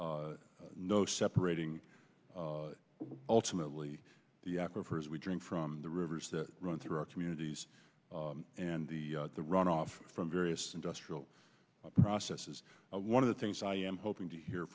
no separating ultimately the aquifers we drink from the rivers that run through our communities and the the runoff from various industrial processes one of the things i am hoping to hear